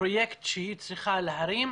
והתעסוקה לגיל הצעיר במיוחד.